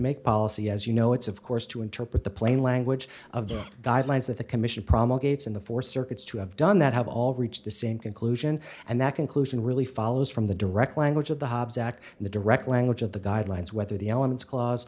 make policy as you know it's of course to interpret the plain language of the guidelines that the commission promulgated in the four circuits to have done that have all reached the same conclusion and that conclusion really follows from the direct language of the hobbs act in the direct language of the guidelines whether the elements cla